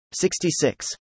66